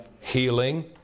healing